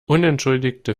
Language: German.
unentschuldigte